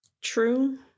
true